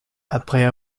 après